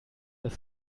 das